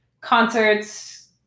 concerts